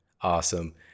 awesome